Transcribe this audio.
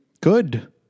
Good